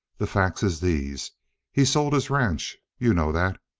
the facts is these he sold his ranch. you know that?